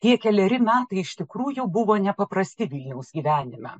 tie keleri metai iš tikrųjų buvo nepaprasti vilniaus gyvenime